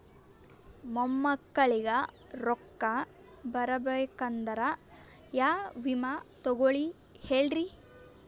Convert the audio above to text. ಮೊಮ್ಮಕ್ಕಳಿಗ ರೊಕ್ಕ ಬರಬೇಕಂದ್ರ ಯಾ ವಿಮಾ ತೊಗೊಳಿ ಹೇಳ್ರಿ?